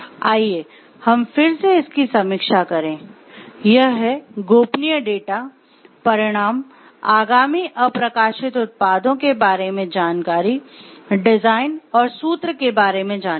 आइए हम फिर से इसकी समीक्षा करें यह है गोपनीय डेटा परिणाम आगामी अप्रकाशित उत्पादों के बारे में जानकारी डिजाइन और सूत्र के बारे में जानकारी